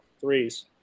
Threes